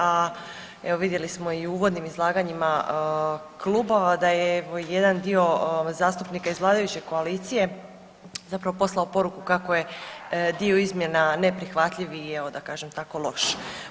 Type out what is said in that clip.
A evo vidjeli smo i u uvodnim izlaganjima klubova da jedan dio zastupnika iz vladajuće koalicije zapravo poslao poruku kako je dio izmjena neprihvatljiv i evo da kažem tako loš.